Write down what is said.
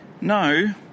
No